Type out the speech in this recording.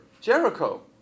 Jericho